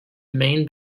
main